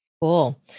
Cool